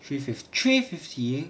three fifth three fifty